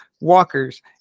walkers